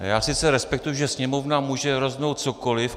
Já sice respektuji, že Sněmovna může rozhodnout cokoliv.